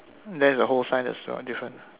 that's the whole sign that's a lot of different